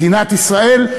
מדינת ישראל,